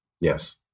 yes